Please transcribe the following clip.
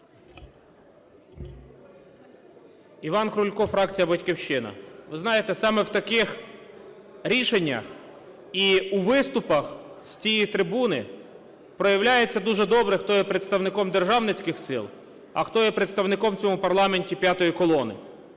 Іван Крулько, фракція "Батьківщина". Ви знаєте, саме в таких рішеннях і у виступах з цієї трибуни проявляється дуже добре, хто є представником державницьких сил, а хто є представником у цьому парламенті п'ятої колони,